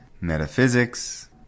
metaphysics